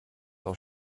auf